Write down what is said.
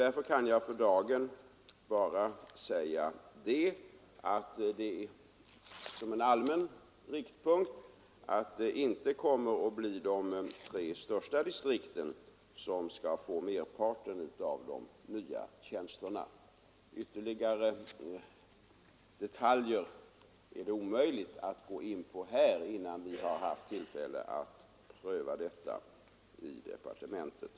Därför kan jag för dagen bara säga som en allmän riktpunkt att det inte kommer att bli de tre största distrikten som skall få merparten av de nya tjänsterna. Det är omöjligt att gå in på ytterligare detaljer innan vi har haft tillfälle att pröva detta i departementet.